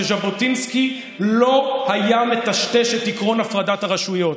שז'בוטינסקי לא היה מטשטש את עקרון הפרדת הרשויות.